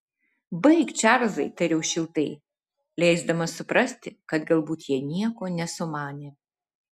baik čarlzai tariau šiltai leisdamas suprasti kad galbūt jie nieko nesumanė